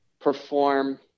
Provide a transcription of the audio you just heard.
perform